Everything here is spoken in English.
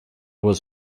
was